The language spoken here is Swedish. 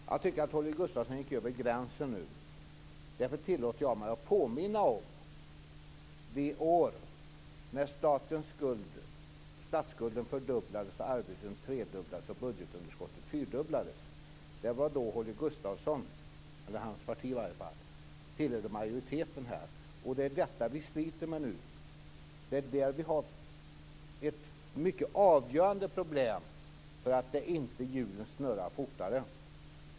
Fru talman! Jag tycker att Holger Gustafsson nu gick över en gräns. Jag tillåter mig därför att påminna om de år när statsskulden fördubblades, arbetslösheten trefaldigades och budgetunderskottet fyrfaldigades. Det var då som Holger Gustafssons parti tillhörde majoriteten här. Det är detta som ni nu skryter med. Vi har där ett problem som är avgörande för att hjulen inte snurrar fortare.